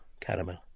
Caramel